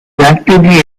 actively